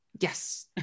Yes